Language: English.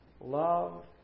Love